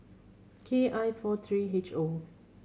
K I four three H O